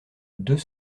deux